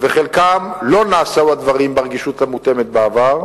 ובחלקם לא נעשו הדברים ברגישות המותאמת בעבר,